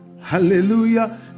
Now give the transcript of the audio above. Hallelujah